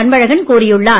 அன்பழகன் கூறியுள்ளார்